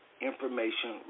information